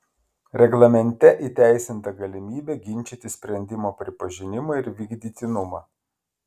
reglamente įteisinta galimybė ginčyti sprendimo pripažinimą ir vykdytinumą